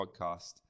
podcast